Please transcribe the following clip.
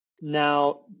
Now